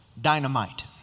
dynamite